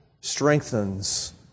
strengthens